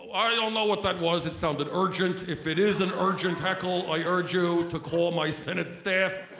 i don't know what that was it sounded urgent. if it is an urgent heckle i urge you to call my senate staff.